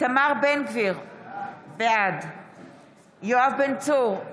איתמר בן גביר, בעד יואב בן צור,